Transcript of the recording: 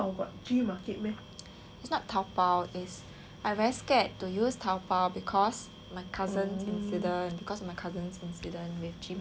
is not Taobao is I very scared to use Taobao because my cousin's incident because of my cousin's incident with G market